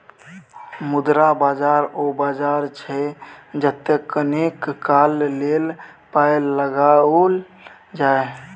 मुद्रा बाजार ओ बाजार छै जतय कनेक काल लेल पाय लगाओल जाय